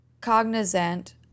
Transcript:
cognizant